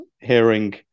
hearing